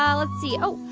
um let's see oh,